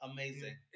Amazing